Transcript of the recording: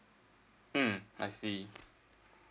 mm I see